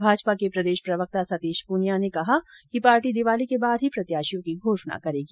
भाजपा के प्रदेश प्रवक्ता सतीश पूनिया ने झुन्झुनू में कहा कि पार्टी दीवाली के बाद ही प्रत्याशियों की घोषणा करेगी